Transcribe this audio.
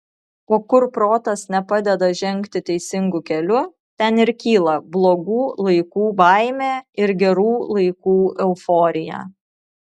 o kur protas nepadeda žengti teisingu keliu ten ir kyla blogų laikų baimė ir gerų laikų euforija